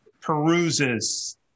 peruses